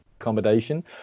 accommodation